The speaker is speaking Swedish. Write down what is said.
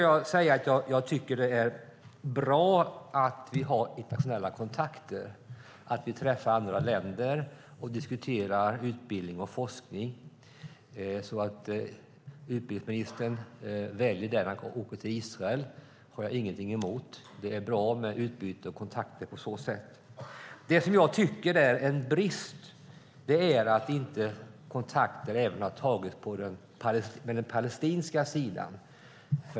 Jag tycker att det är bra att vi har internationella kontakter, att vi träffar representanter för andra länder och diskuterar utbildning och forskning. Att utbildningsministern väljer att åka till Israel har jag ingenting emot. Det är bra med utbyte och kontakter. Det som är en brist är att kontakter inte har tagits med även den palestinska sidan.